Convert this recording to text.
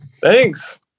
Thanks